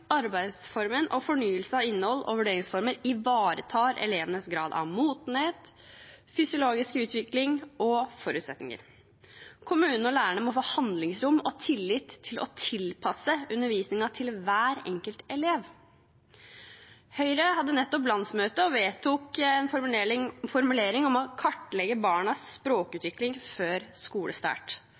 arbeidsformen og fornyelsen av innhold og vurderingsformer ivaretar elevenes grad av modenhet, fysiologisk utvikling og forutsetninger. Kommunene og lærerne må få handlingsrom og tillit til å tilpasse undervisningen til hver enkelt elev. Høyre hadde nettopp landsmøte og vedtok en formulering om å kartlegge barnas språkutvikling før skolestart.